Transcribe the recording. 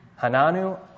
Hananu